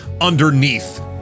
underneath